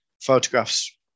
photographs